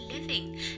living